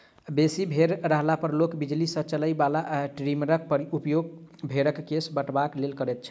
बेसी भेंड़ रहला पर लोक बिजली सॅ चलय बला ट्रीमरक उपयोग भेंड़क केश कटबाक लेल करैत छै